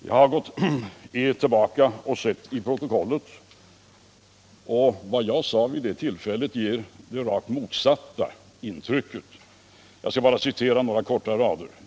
Jag har gått tillbaka och sett i protokollet, och vad jag sade vid det tillfället ger det rakt motsatta intrycket. Jag skall bara återge några få rader.